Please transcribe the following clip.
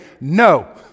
no